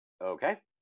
Okay